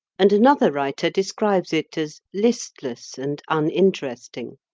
and another writer describes it as listless and uninteresting.